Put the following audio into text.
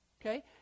Okay